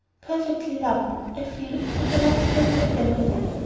perfectly lovely i feel as if i must come here every day.